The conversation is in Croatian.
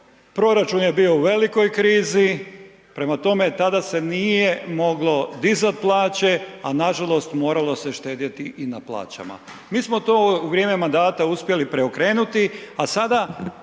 proračun je bio u velikoj krizi. Prema tome, tada se nije moglo dizati plaće a nažalost moralo se štedjeti i na plaćama. Mi smo to u vrijeme mandata uspjeli preokrenuti a sada